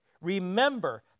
Remember